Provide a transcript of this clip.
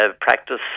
practice